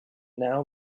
now